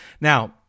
Now